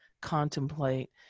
contemplate